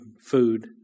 food